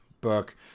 book